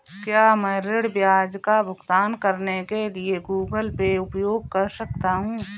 क्या मैं ऋण ब्याज का भुगतान करने के लिए गूगल पे उपयोग कर सकता हूं?